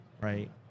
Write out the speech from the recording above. right